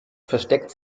versteckt